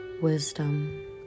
wisdom